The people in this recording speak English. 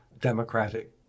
democratic